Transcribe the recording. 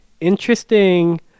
interesting